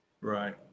Right